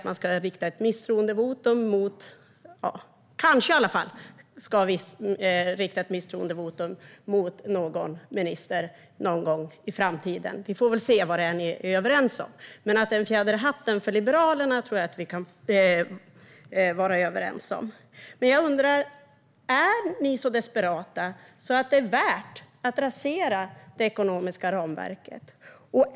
Man ska kanske rikta ett misstroendevotum mot någon minister någon gång i framtiden. Vi får väl se vad det är ni är överens om. Men att det är en fjäder i hatten för Liberalerna tror jag att vi kan vara överens om. Jag undrar: Är ni så desperata att det är värt att rasera det ekonomiska ramverket?